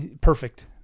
perfect